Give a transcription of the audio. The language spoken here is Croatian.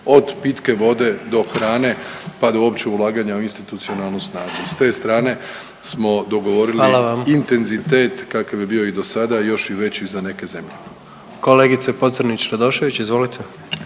od pitke vode do hrane, pa do općih ulaganja u institucionalnu snagu i s te strane smo dogovorili …/Upadica predsjednik: Hvala vam/…intenzitet kakav je bio i dosada i još i veći za neke zemlje.